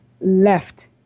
left